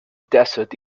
desert